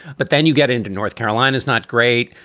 but then you get into north carolina is not great.